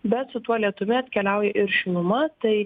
bet su tuo lietumi atkeliauja ir šiluma tai